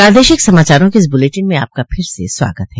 प्रादेशिक समाचारों के इस बुलेटिन में आपका फिर से स्वागत है